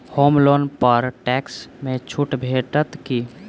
होम loan पर tax मे छुट भेटत की